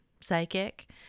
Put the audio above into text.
psychic